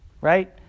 right